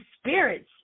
spirits